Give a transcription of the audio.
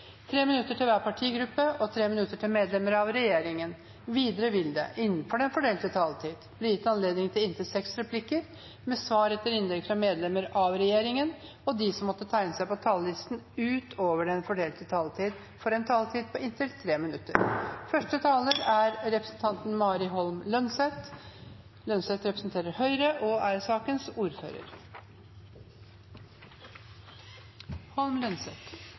tre replikker med svar etter innlegg fra medlemmer av regjeringen, og de som måtte tegne seg på talerlisten utover den fordelte taletid, får også en taletid på inntil 3 minutter. Denne saken har Stortinget fått veldig kort tid på, og det er